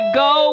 go